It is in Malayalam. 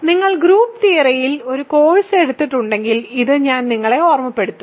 നിങ്ങൾ ഗ്രൂപ്പ് തിയറിയിൽ ഒരു കോഴ്സ് എടുത്തിട്ടുണ്ടെങ്കിൽ ഇത് ഞാൻ നിങ്ങളെ ഓർമ്മപ്പെടുത്തും